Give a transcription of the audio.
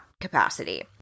capacity